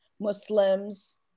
Muslims